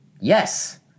Yes